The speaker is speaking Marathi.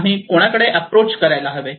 आम्ही कोणाकडे अप्रोच करायला हवे